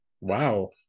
Wow